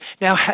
Now